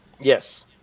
Yes